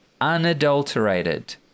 unadulterated